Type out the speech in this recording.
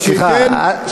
סליחה,